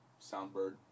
Soundbird